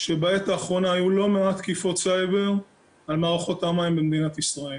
שבעת האחרונה היו לא מעט תקיפות סייבר על מערכות המים במדינת ישראל.